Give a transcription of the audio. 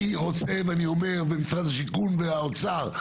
אני רוצה ואני אומר ומשרד השיכון והאוצר,